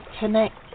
Connect